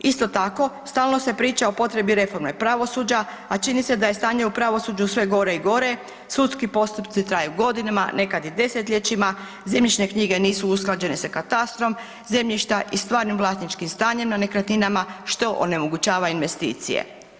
Isto tako, stalno se priča o potrebi reforme pravosuđa, a čini se da je stanje u pravosuđu sve gore i gore, sudski postupci traju godinama, nekad i desetljećima, zemljišne knjige nisu usklađene sa katastrom zemljišta i stvarnim vlasničkim stanjem na nekretninama, što onemogućava investicije.